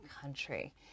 country